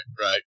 right